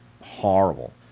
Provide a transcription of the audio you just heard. horrible